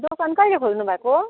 दोकान कहिले खोल्नु भएको